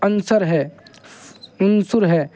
عنصر ہے عنصر ہے